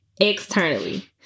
Externally